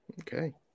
Okay